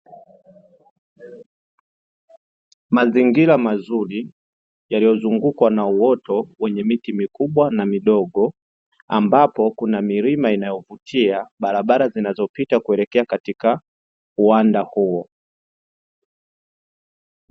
Mazingira mazuri yaliyozungukwa na uwoto wenye miti mikubwa na midogo ambapo kuna milima inayovutia, barabara zinazopita kuelekea katika uwanda huo.